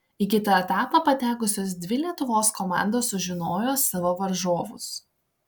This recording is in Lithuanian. į kitą etapą patekusios dvi lietuvos komandos sužinojo savo varžovus